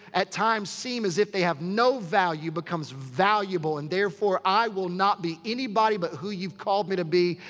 at times, seem as if they have no value becomes valuable. and therefore, i will not be anybody but who you've called me to be.